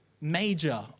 major